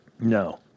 No